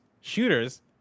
Shooters